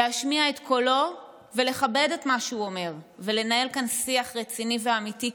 להשמיע את קולו ולכבד את מה שהוא אומר ולנהל כאן שיח רציני ואמיתי,